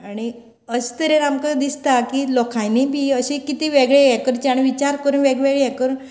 आनी अशें तरेन आमकां दिसता की लोकांनी बी अशें कितें वेगळे हे करचे आनी विचार करून वेगवेगळे हे करून